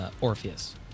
Orpheus